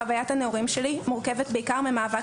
חווית הנעורים שלי מורכבת בעיקר ממאבק